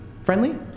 Friendly